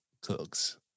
cooks